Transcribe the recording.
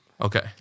Okay